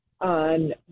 on